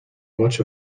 much